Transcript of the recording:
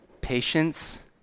Patience